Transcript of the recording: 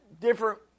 different